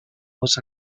was